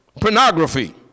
pornography